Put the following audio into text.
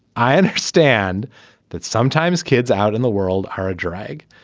i understand that sometimes kids out in the world are a drag.